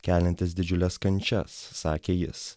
keliantis didžiules kančias sakė jis